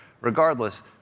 regardless